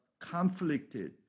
conflicted